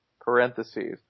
parentheses